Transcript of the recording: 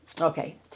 Okay